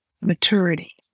maturity